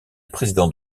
président